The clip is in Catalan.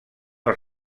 els